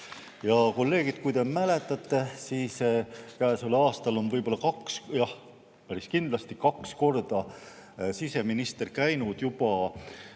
Kolleegid, kui te mäletate, siis käesoleval aastal on võib-olla kaks korda – jah, päris kindlasti kaks korda – siseminister käinud juba